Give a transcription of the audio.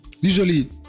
usually